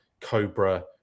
Cobra